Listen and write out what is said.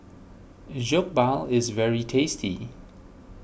Jokbal is very tasty